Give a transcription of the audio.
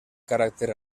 caràcter